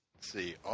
See